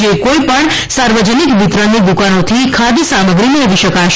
જે કોઈપણ સાર્વજનિક વિતરણની દુકાનોથી ખાધ સામગ્રી મેળવી શકાશે